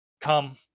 come